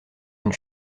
une